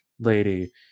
lady